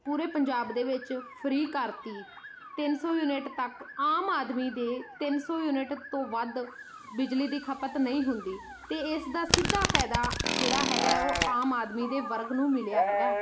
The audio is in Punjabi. ਪੂਰੇ ਪੰਜਾਬ ਦੇ ਵਿੱਚ ਫਰੀ ਕਰਤੀ ਤਿੰਨ ਸੌ ਯੂਨਿਟ ਤੱਕ ਆਮ ਆਦਮੀ ਦੇ ਤਿੰਨ ਸੌ ਯੂਨਿਟ ਤੋਂ ਵੱਧ ਬਿਜਲੀ ਦੀ ਖਪਤ ਨਹੀਂ ਹੁੰਦੀ ਅਤੇ ਇਸ ਦਾ ਸਿੱਧਾ ਫ਼ਾਇਦਾ ਜਿਹੜਾ ਹੈਗਾ ਉਹ ਆਮ ਆਦਮੀ ਦੇ ਵਰਗ ਨੂੰ ਮਿਲਿਆ ਹੈਗਾ